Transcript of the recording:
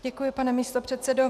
Děkuji, pane místopředsedo.